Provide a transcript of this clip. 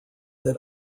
that